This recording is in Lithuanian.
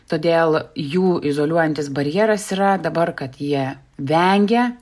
todėl jų izoliuojantis barjeras yra dabar kad jie vengia